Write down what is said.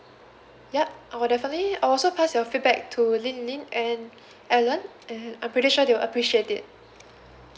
yup I will definitely I'll also pass your feedback to lin lin and alan and I'm pretty sure they will appreciate it